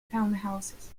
townhouses